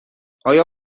آیا